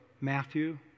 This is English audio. Matthew